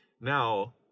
Now